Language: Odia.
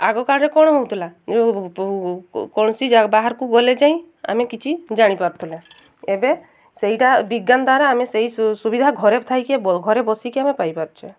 ଆଗକାଳରେ କ'ଣ ହଉଥିଲା କୌଣସି ବାହାରକୁ ଗଲେ ଯାଇ ଆମେ କିଛି ଜାଣିପାରୁଥୁଲା ଏବେ ସେଇଟା ବିଜ୍ଞାନ ଦ୍ୱାରା ଆମେ ସେଇ ସୁବିଧା ଘରେ ଥାଇକି ଘରେ ବସିକି ଆମେ ପାଇପାରୁଛେ